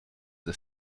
the